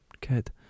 kid